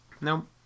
No